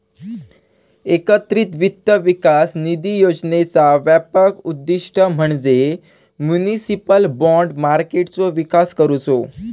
एकत्रित वित्त विकास निधी योजनेचा व्यापक उद्दिष्ट म्हणजे म्युनिसिपल बाँड मार्केटचो विकास करुचो